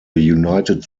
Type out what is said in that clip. united